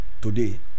today